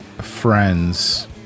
friends